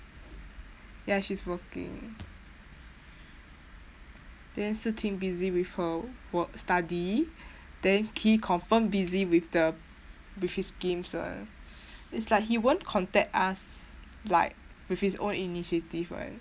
ya she's working then si ting busy with her work study then kee confirm busy with the with his games [one] it's like he won't contact us like with his own initiative [one]